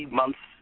months